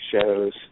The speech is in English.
shows